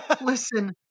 listen